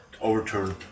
overturn